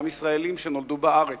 גם ישראלים שנולדו בארץ,